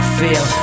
feel